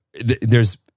there's-